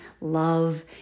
love